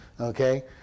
Okay